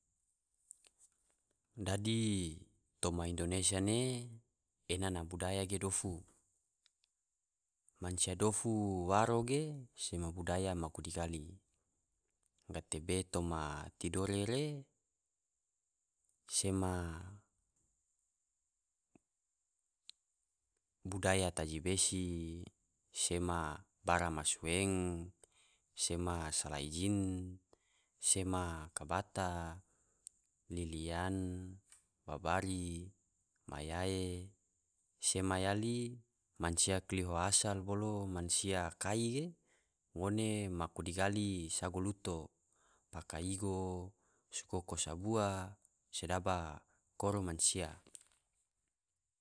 Dadi toma indonesia ne ena na budaya ge dofu, mansia dofu waro ge se budaya maku digali, gatebe toma tidore ne sema budaya taji besi, sema baramasueng, sema salai jin, sema kabata, liliyan, babari, mayae, sema yali mansia koliho asal bolo mansia kai ge ngone maku digali sago luto, paka igo, sogoko sabua, sedaba koro mansia.